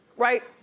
right?